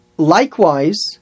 Likewise